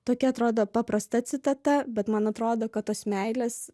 tokia atrodo paprasta citata bet man atrodo kad tos meilės